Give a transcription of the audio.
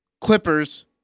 Clippers